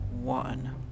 one